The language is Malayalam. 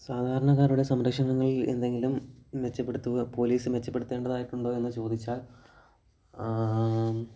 സാധാരണക്കാരുടെ സംരക്ഷണങ്ങളിൽ എന്തെങ്കിലും മെച്ചപ്പെടുത്തുക പോലീസ് മെച്ചപ്പെടുത്തേണ്ടതായിട്ടുണ്ടോ എന്ന് ചോദിച്ചാൽ